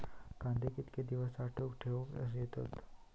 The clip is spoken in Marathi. कांदे कितके दिवस साठऊन ठेवक येतत?